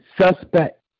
suspect